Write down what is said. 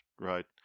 right